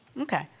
Okay